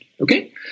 okay